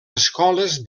escoles